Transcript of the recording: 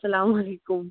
اَسلامُ علیکُم